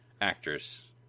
actress